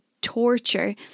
torture